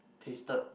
tasted